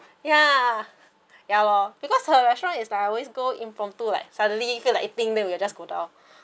ya ya lor because her restaurant is like I always go in impromptu like suddenly feel like eating then we will just go down